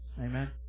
Amen